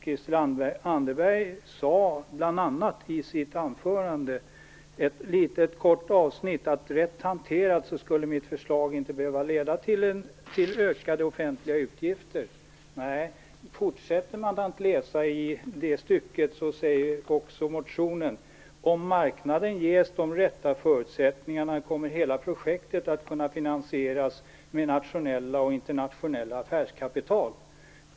Christel Anderberg sade bl.a. i sitt anförande, jag återger ett litet kort avsnitt: Rätt hanterat skulle mitt förslag inte behöva leda till ökade offentliga utgifter. Nej, fortsätter man att läsa i det stycket i motionen finner man: Om marknaden ges de rätta förutsättningarna kommer hela projektet att kunna finansieras med nationellt och internationellt affärskapital.